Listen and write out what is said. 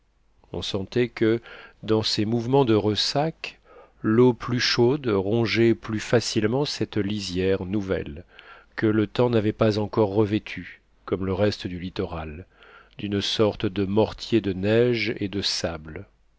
on sentait que dans ses mouvements de ressac l'eau plus chaude rongeait plus facilement cette lisière nouvelle que le temps n'avait pas encore revêtu comme le reste du littoral d'une sorte de mortier de neige et de sable